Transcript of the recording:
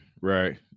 right